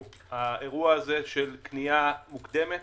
האירוע הזה של קנייה מוקדמת